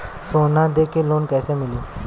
सोना दे के लोन कैसे मिली?